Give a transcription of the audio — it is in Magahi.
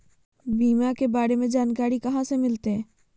बीमा के बारे में जानकारी कहा से मिलते?